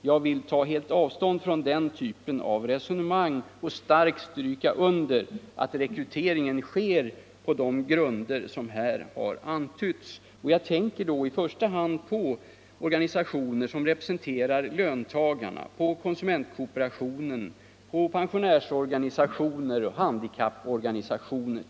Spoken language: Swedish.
Jag vill helt ta avstånd från den tankegången och starkt stryka under att rekryteringen måste ske på grunder som överensstämmer med konsumentintresset. Jag tänker då i första hand på företrädare som representerar lötagarna, på konsumentkooperationen, pensionärsorganisationer och handikapporganisationer.